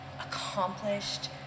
Accomplished